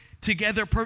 together